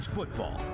football